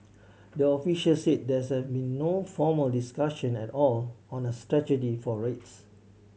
the officials said there's been no formal discussion at all on a strategy for rates